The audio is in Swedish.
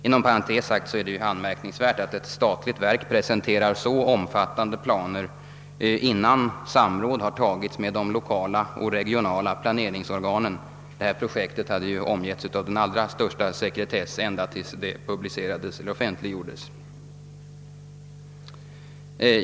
Inom parentes sagt är det anmärkningsvärt att ett statligt verk presenterar så omfattande planer innan samråd har tagits med de lokala och regionala planeringsorganen. Det här projektet hade ju omgetts av den allra största sekretess, ända till dess det of fentliggjordes.